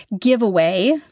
giveaway